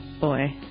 boy